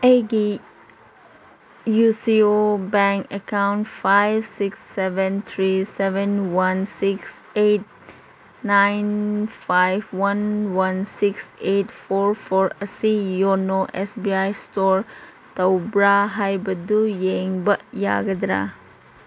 ꯑꯩꯒꯤ U C O bank account five six seven three seven one six eight nine five one one six eight four four ꯑꯁꯤ ꯌꯣꯅꯣ S B I ꯏꯁꯇꯣꯔ ꯇꯧꯕ꯭ꯔꯥ ꯍꯥꯏꯕꯗꯨ ꯌꯦꯡꯕ ꯌꯥꯒꯗ꯭ꯔꯥ